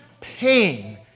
pain